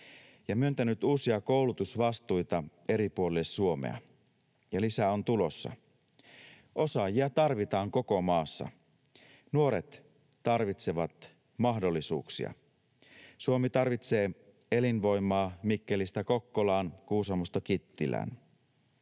ja myöntänyt uusia koulutusvastuita eri puolille Suomea, ja lisää on tulossa. Osaajia tarvitaan koko maassa, nuoret tarvitsevat mahdollisuuksia. Suomi tarvitsee elinvoimaa Mikkelistä Kokkolaan, Kuusamosta Kittilään.